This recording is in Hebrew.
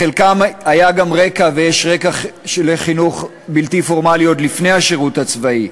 לחלקם היה גם רקע ויש רקע של חינוך בלתי פורמלי עוד לפני השירות הצבאי,